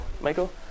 Michael